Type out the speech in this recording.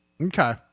okay